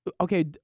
okay